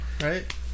right